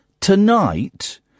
tonight